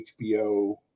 hbo